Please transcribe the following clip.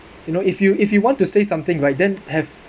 you know if you if you want to say something right then have